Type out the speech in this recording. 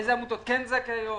אילו עמותות כן זכאיות,